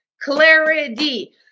clarity